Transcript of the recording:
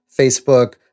Facebook